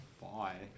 Bye